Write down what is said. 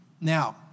Now